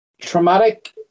Traumatic